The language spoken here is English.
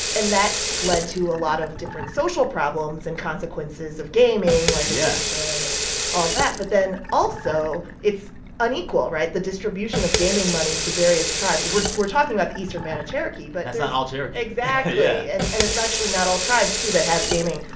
and that led to a lot of different social problems and consequences of gaming. yeah. like yeah addiction and all that. but then, also, it's unequal right? the distribution of gaming money to various tribes. we're we're talking about the eastern band of cherokee, but. that's not all cherokee exactly yeah and and it's actually not all tribes, too, that have gaming.